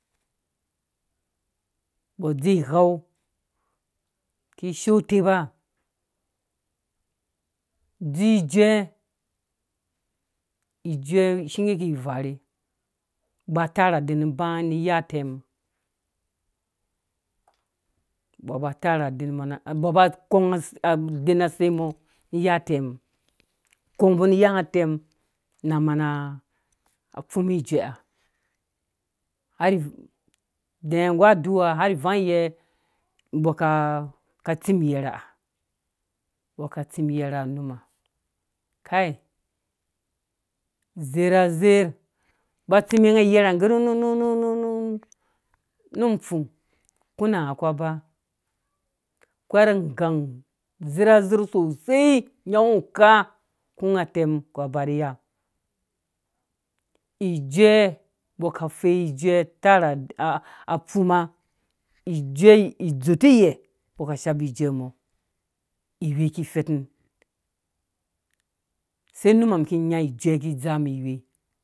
Mbɔ dze ighau kishoo utepa dzui ijuɛ ijuɛ shinge ki varhe ba tarha den mɔ mbɔ ba tarha dene na ubã ba kɔng aden na sei mɔ mi iya utem kɔng mbɔ ni iya nga utɛm na mana fumi ijuɛ ha har de nggu aduwa har ivang yɛ mbɔ ka ka tsim iyɛrɛ ha mbɔ tsim nga iyɛrɛ ha kwɛr ngang zer azer sosei nya ngu uga kũ nga utɛm kũ ba rri iya ijuɛ mbɔ ka fɛi ijuɛ tara a fuma ijuɛ idzɔrtiye mbɔ ka shapi ijuɛ mɔ ifɛr mum sei numha mum ki nya ki dzaa mum iwei.